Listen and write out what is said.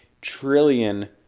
trillion